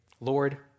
Lord